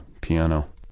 piano